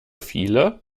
viele